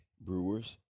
Brewers